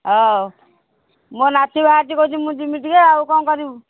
ହଉ ମୋ ନାତି ବାହାରିଛି କହୁଛି ମୁଁ ଯିବି ଟିକେ ଆଉ କ'ଣ କରିବୁ